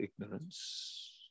ignorance